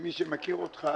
למי שמכיר אותך,